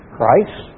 Christ